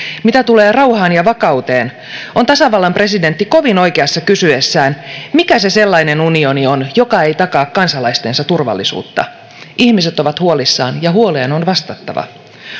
mitä tulee rauhaan ja vakauteen on tasavallan presidentti kovin oikeassa kysyessään mikä se sellainen unioni on joka ei takaa kansalaistensa turvallisuutta ihmiset ovat huolissaan ja huoleen on vastattava